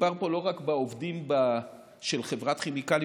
מדובר פה לא רק בעובדים של חברת כימיקלים